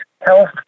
health